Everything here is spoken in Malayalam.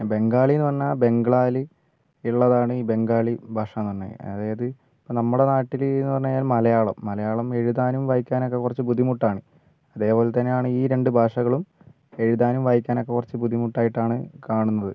ബംഗാളിയെന്ന് പറഞ്ഞാൽ ബംഗ്ലായിൽ ഉള്ളതാണ് ഈ ബംഗാളി ഭാഷയെന്ന് പറഞ്ഞു കഴിഞ്ഞാൽ അതായത് ഇപ്പോൾ നമ്മുടെ നാട്ടിലെന്ന് പറഞ്ഞു കഴിഞ്ഞാൽ മലയാളം മലയാളം എഴുതാനും വായിക്കാനൊക്കെ കുറച്ച് ബുദ്ധിമുട്ടാണ് അതേപോലെ തന്നെയാണ് ഈ രണ്ടു ഭാഷകളും എഴുതാനും വായിക്കാനൊക്കെ കുറച്ച് ബുദ്ധിമുട്ടായിട്ടാണ് കാണുന്നത്